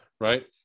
right